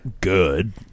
Good